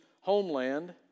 homeland